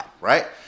right